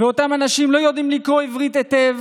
ואותם אנשים לא יודעים לקרוא עברית היטב,